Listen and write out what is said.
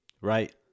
right